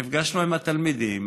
נפגשנו עם התלמידים,